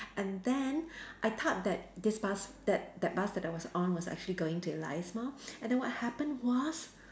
and then I thought that this bus that that bus was going to Elias Mall and then what happen was